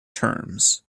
terms